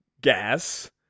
gas